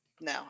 No